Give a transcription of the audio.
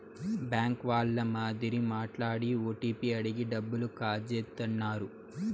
bank వాళ్ళ మాదిరి మాట్లాడి ఓటీపీ అడిగి డబ్బులు కాజేత్తన్నారు